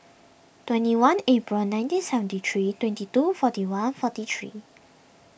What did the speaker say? twenty one April nineteen seventy three twenty two forty one forty three